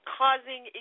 causing